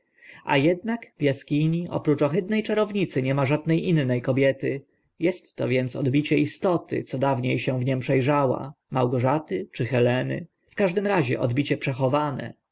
a ednak w askini oprócz ohydne czarownicy nie ma żadne inne kobiety est to więc odbicie istoty co dawnie się w nim prze rzała małgorzaty czy heleny w każdym razie odbicie przechowane